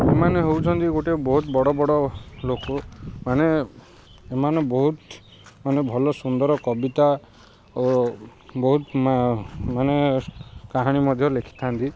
ଏମାନେ ହେଉଛନ୍ତି ଗୋଟିେ ବହୁତ ବଡ଼ ବଡ଼ ଲୋକ ମାନେ ଏମାନେ ବହୁତ ମାନେ ଭଲ ସୁନ୍ଦର କବିତା ଓ ବହୁତ ମାନେ କାହାଣୀ ମଧ୍ୟ ଲେଖିଥାନ୍ତି